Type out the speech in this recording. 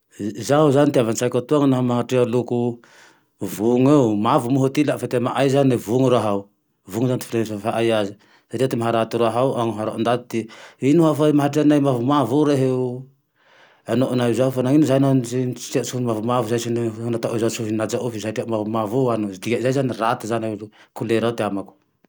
Zaho zane ty avy antsaiko atoa laha mahatrea loko vomeo, mavo moa ty ilany fa ty amay zane vony raha ao, vony zane ty ahaizanay aze, le ty maha raty raha ao anoharanty ndaty hoe ino hafa mahatreanay mavomavo io rehe io, naho noho zao fa manino zahay naho tsy trea tsy noho mavomavo zahay tsy noho natao hoy zao tsy ho hinajao fa zahay tre mavomavo ano, dikan'ezay zane raty zane korera io ty amako